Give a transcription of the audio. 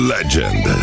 Legend